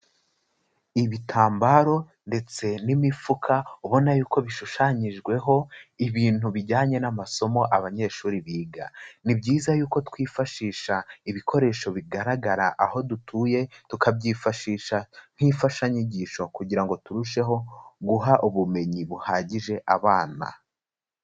Ibitambaro ndetse n'imifuka ubona y'uko bishushanyijweho ibintu bijyanye n'amasomo abanyeshuri biga, ni byiza y'uko twifashisha ibikoresho bigaragara aho dutuye tukabyifashisha nk'imfashanyigisho kugira ngo turusheho guha ubumenyi buhagije abana.